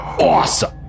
Awesome